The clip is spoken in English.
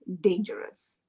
dangerous